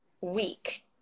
week